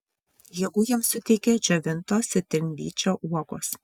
jėgų jiems suteikia džiovintos citrinvyčio uogos